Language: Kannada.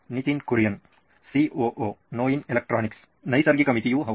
ನಿತಿನ್ ಕುರಿಯನ್ ಸಿಒಒ ನೋಯಿನ್ ಎಲೆಕ್ಟ್ರಾನಿಕ್ಸ್ ನೈಸರ್ಗಿಕ ಮಿತಿಯು ಹೌದು